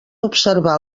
observar